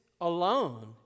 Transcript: alone